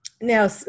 Now